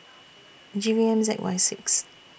G V M Z Y six